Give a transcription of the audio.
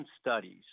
studies